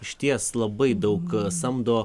išties labai daug samdo